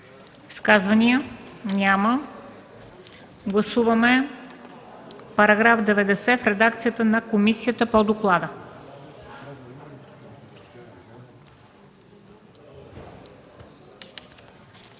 Изказвания? Няма. Гласуваме новия § 91 в редакцията на комисията, по доклада.